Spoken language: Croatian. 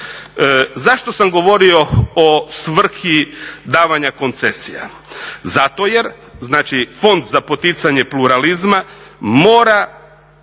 Zašto sam govorio o svrsi davanja koncesija? Zato jer, znači Fond za poticanje pluralizma mora